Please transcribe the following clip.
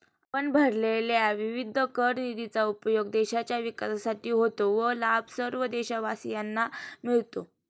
आपण भरलेल्या विविध कर निधीचा उपयोग देशाच्या विकासासाठी होतो व लाभ सर्व देशवासियांना मिळतो